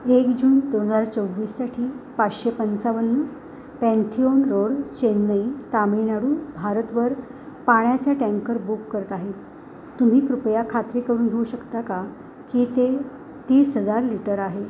एक जून दोन हजार चोवीससाठी पाचशे पंचावन्न पेन्थिओन रोड चेन्नई तामिळनाडू भारतवर पाण्याचा टँकर बुक करत आहे तुम्ही कृपया खात्री करून घेऊ शकता का की ते तीस हजार लिटर आहे